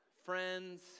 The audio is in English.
friends